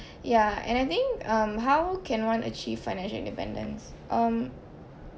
ya and I think um how can one achieve financial independence um